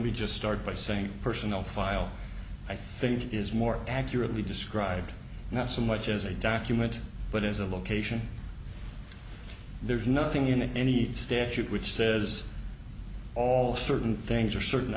me just start by saying personnel file i think is more accurately described not so much as a document but as a location there's nothing in any statute which says all certain things or certain